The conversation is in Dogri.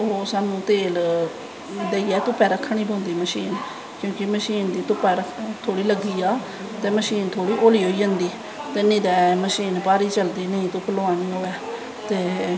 ते ओह् स्हानू तेल देईयै धुप्पै रक्खनीं पौंदी मशीन क्योंकि मशीन गी धुकप्प थोह्ड़ी लग्गी जा ते मशीन थोह्ड़ी हौली होई जंदी नेंई ते मशीन भारी चलदी जे नेंई धुप्प लोआनी होऐ ते